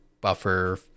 buffer